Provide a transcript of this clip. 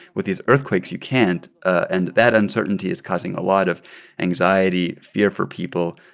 with these earthquakes, you can't. and that uncertainty is causing a lot of anxiety, fear for people.